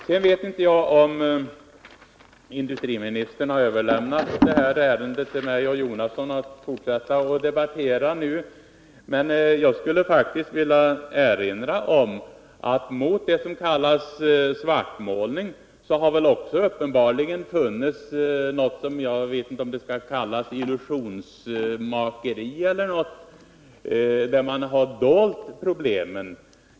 Sedan vet jag inte om industriministern har överlämnat åt mig och Bertil Jonasson att fortsätta att debattera det här ärendet nu. Men jag skulle vilja erinra om att som motsats till det som kallas svartmålning har väl också uppenbarligen funnits något — jag vet inte om det skall kallas illusionsmakeri — som innebär att man har dolt problemen.